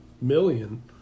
million